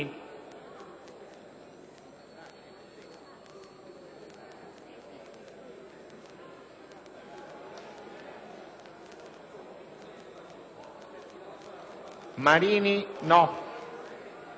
Marini, Marino Ignazio,